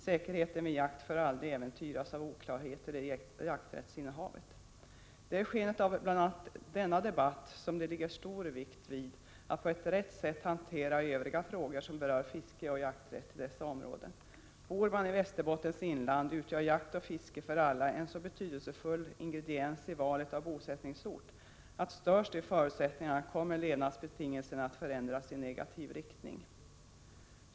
Säkerheten vid jakt får aldrig äventyras av oklarheter i jakträttsinnehavet. Det är i skenet av bl.a. denna debatt som det ligger stor vikt vid att på ett riktigt sätt hantera övriga frågor som berör fiskeoch jakträtt i dessa områden. Bor man i Västerbottens inland utgör jakt och fiske för alla en så betydelsefull ingrediens i valet av bosättningsort, att störs de förutsättningarna kommer levnadsbetingelserna att förändras i negativ riktning.